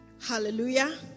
Hallelujah